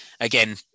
again